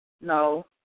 no